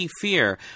fear